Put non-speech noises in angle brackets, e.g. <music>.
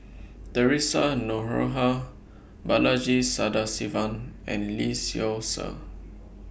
<noise> Theresa Noronha Balaji Sadasivan and Lee Seow Ser <noise>